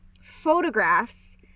photographs